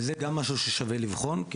וזה גם משהו ששווה לבחון,